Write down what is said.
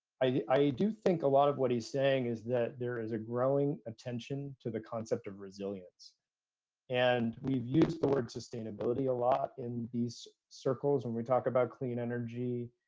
i do think a lot of what he's saying is that there is a growing attention to the concept of resilience and we've used the word sustainability a lot in these circles when we talk about clean energy.